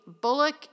Bullock